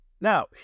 Now